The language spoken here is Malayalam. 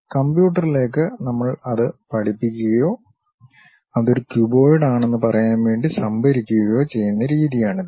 കമ്പ്യൂട്ടറിലേക്ക് നമ്മൾ അത് പഠിപ്പിക്കുകയോ അതൊരു ക്യൂബോയിഡ് ആണെന്ന് പറയാൻ വേണ്ടി സംഭരിക്കുകയോ ചെയ്യുന്ന രീതിയാണിത്